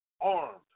armed